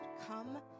come